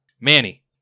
Manny